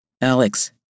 Alex